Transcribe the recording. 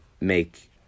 make